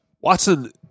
Watson